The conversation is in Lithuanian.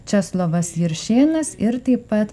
česlovas juršėnas ir taip pat